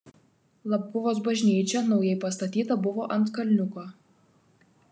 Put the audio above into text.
labguvos bažnyčia naujai pastatyta buvo ant kalniuko